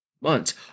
months